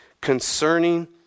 concerning